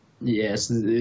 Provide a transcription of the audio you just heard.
Yes